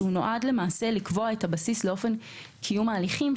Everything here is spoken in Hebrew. ונועד לקבוע את הבסיס לאופן קיום ההליכים,